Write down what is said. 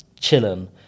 chilling